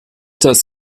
das